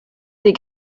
des